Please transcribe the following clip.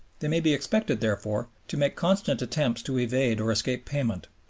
they may be expected, therefore, to make constant attempts to evade or escape payment,